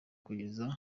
kugeza